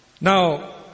Now